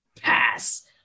pass